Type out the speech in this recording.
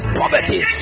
poverty